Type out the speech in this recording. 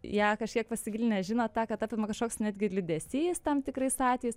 ją kažkiek pasigilinę žino tą kad apima kažkoks netgi liūdesys tam tikrais atvejais